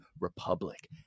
Republic